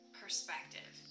perspective